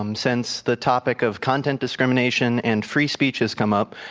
um since the topic of content discrimination and free speech has come up,